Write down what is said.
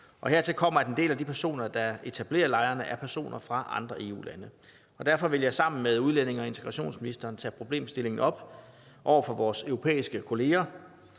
og hertil kommer, at en del af de personer, der etablerer lejrene, er personer fra andre EU-lande. Derfor vil jeg sammen med udlændinge- og integrationsministeren tage problemstillingen op over for vores europæiske kollegaer,